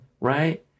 right